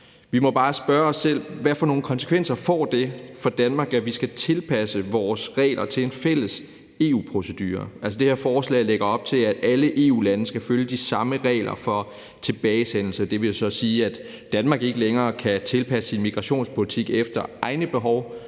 Vi må bare spørge selv, hvad for nogen konsekvenser det får for Danmark, at vi skal tilpasse vores regler til en fælles EU-procedure. Altså, det her forslag lægger op til, at alle EU-lande skal følge de samme regler for tilbagesendelse, og det vil jo så sige, at Danmark ikke længere kan tilpasse sin migrationspolitik efter egne behov